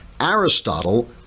Aristotle